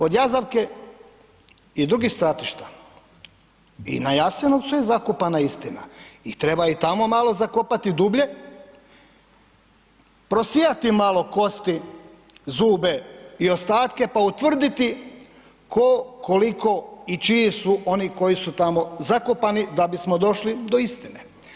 Od Jazavke i drugih stratišta i na Jasenovcu je zakopana istina i treba i tamo malo zakopati dublje, prosijati malo kosti, zube i ostatke pa utvrditi tko, koliko i čiji su oni koji su tamo zakopani da bismo došli do istine.